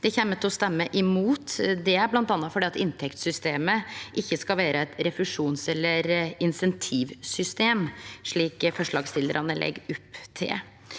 27 kjem me til å stemme imot, bl.a. fordi inntektssystemet ikkje skal vere eit refusjons- eller insentivsystem, slik forslagsstillarane legg opp til.